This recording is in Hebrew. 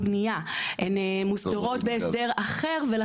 בבית שאן, שם נולדתי, כשאני מסתכל, כל